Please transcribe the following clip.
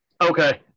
Okay